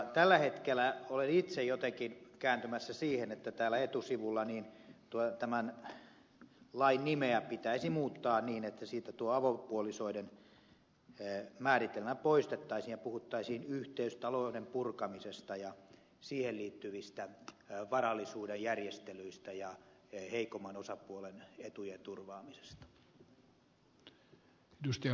tällä hetkellä olen itse jotenkin kääntymässä siihen että täällä etusivulla tämän lain nimeä pitäisi muuttaa niin että siitä tuo avopuolisoiden määritelmä poistettaisiin ja puhuttaisiin yhteistalouden purkamisesta ja siihen liittyvistä varallisuuden järjestelyistä ja heikomman osapuolen etujen turvaamisesta